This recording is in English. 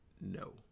No